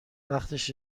وقتش